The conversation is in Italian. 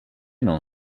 non